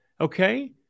Okay